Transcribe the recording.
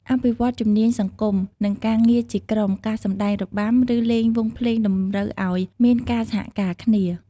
អភិវឌ្ឍជំនាញសង្គម និងការងារជាក្រុម ការសម្តែងរបាំ ឬលេងវង់ភ្លេងតម្រូវឱ្យមានការសហការគ្នា។